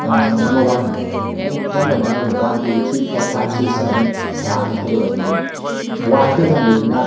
number one ꯑꯩꯅ ꯈꯨꯗꯝ ꯑꯣꯏꯅ ꯍꯥꯏꯖꯔꯕꯗ one two three four five six seven ꯀꯥ ꯍꯥꯏꯅ ꯈꯥꯏꯗꯣꯛꯂꯁꯦꯕ ꯑꯩꯅ ꯋꯥꯟꯁꯤꯗ ꯊꯝꯗꯣꯏꯁꯤꯅ